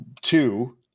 two